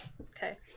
Okay